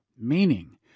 Meaning